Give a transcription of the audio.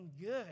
good